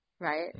right